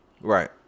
Right